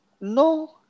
no